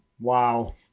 Wow